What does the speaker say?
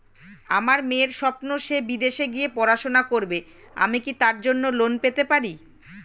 আমার মেয়ের স্বপ্ন সে বিদেশে গিয়ে পড়াশোনা করবে আমি কি তার জন্য লোন পেতে পারি?